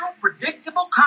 predictable